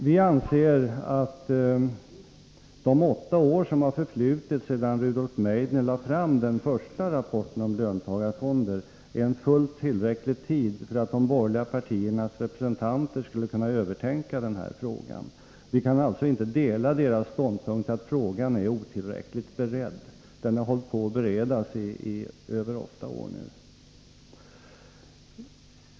Vi anser att de åtta år som har förflutit sedan Rudolf Meidner lade fram den första rapporten om löntagarfonder är en fullt tillräcklig tid för de borgerliga partiernas representanter att tänka över den här frågan. Vi kan alltså inte dela deras ståndpunkt att frågan är otillräckligt beredd. Den har nu beretts i över åtta år.